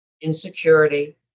insecurity